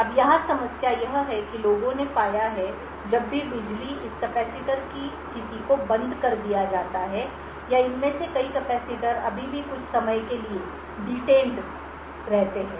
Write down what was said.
अब यहाँ समस्या यह है कि लोगों ने पाया है कि जब भी बिजली इस कैपेसिटर की स्थिति को बंद कर दिया जाता है या इनमें से कई कैपेसिटर अभी भी कुछ समय के लिए हिरासत में रहते हैं